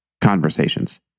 conversations